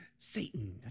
Satan